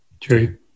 True